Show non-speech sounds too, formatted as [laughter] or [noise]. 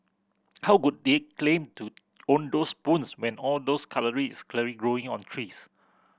how could they claim to own those spoons when all those [unintelligible] growing on trees